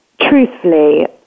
Truthfully